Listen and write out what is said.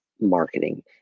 marketing